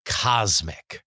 cosmic